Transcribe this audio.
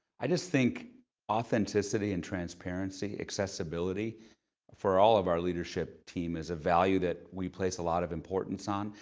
i just think authenticity and transparency, accessibility for all of our leadership team is a value that we place a lot of importance on.